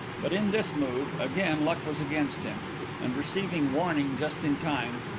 but in this move again luck was against him and receiving warning just in time,